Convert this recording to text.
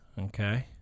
okay